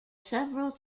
several